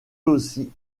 aussi